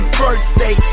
birthday